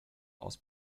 aus